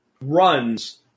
runs